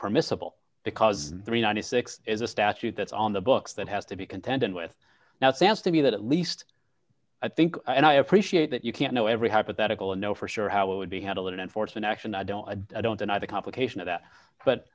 permissible because three hundred and ninety six dollars is a statute that's on the books that has to be contended with now it sounds to me that at least i think and i appreciate that you can't know every hypothetical and know for sure how it would be handled in enforcement action i don't i don't deny the complication of that but